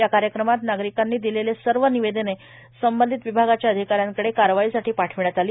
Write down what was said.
या कार्यक्रमात नागरिकांनी दिलेले सर्व निवेदने संबंधित विभागाच्या अधिकाऱ्यांकडे कारवाईसाठी पाठविण्यात आले